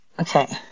Okay